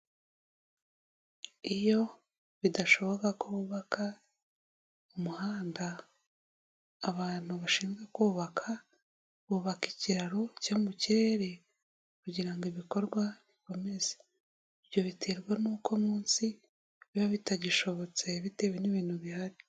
Iyo bidashoboka ko bubaka umuhanda abantu bashinzwe kubaka bubaka ikiraro cyo mu kirere kugira ngo ibikorwa bikomeze, ibyo biterwa nuko munsi biba bitagishobotse bitewe n'ibintu bihari.